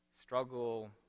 struggle